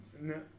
No